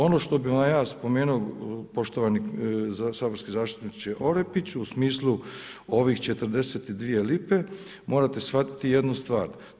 Ono što bi vam ja spomenuo, poštovani saborski zastupniče Orepić u smislu ovih 42 lipe, morate shvatiti jednu stvar.